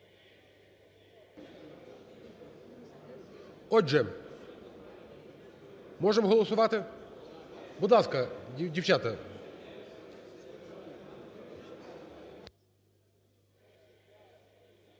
Отже, можемо голосувати? Будь ласка, дівчата.